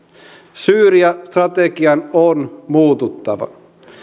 syyria strategian on muututtava